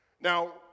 Now